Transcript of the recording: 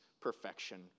perfection